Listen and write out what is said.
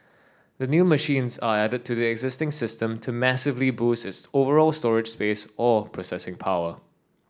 the new machines are added to the existing system to massively boost its overall storage space or processing power